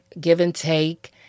give-and-take